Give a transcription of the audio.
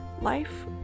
Life